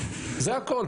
זה הכול.